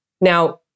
Now